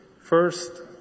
first